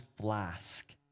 flask